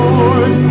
Lord